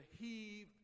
heave